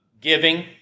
giving